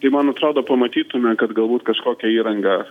tai man atrodo pamatytume kad galbūt kažkokią įrangą